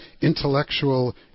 intellectual